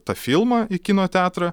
tą filmą į kino teatrą